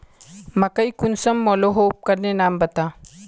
मकई कुंसम मलोहो उपकरनेर नाम बता?